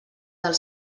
del